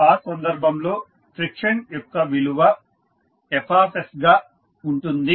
ఆ సందర్భంలో ఫ్రిక్షన్ యొక్క విలువ Fగా ఉంటుంది